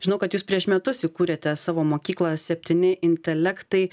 žinau kad jūs prieš metus įkūrėte savo mokyklą septyni intelektai